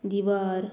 दिवार